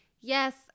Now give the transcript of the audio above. Yes